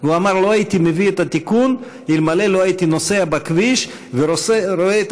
הוא אמר: לא הייתי מביא את התיקון אלמלא הייתי נוסע בכביש ורואה את